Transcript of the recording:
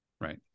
Right